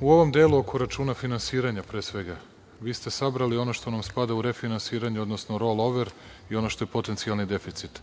ovom delu oko računa finansiranja, pre svega, vi ste se sabrali ono što nam spada u refinansiranje, odnosno rollover i ono što je potencijalni deficit.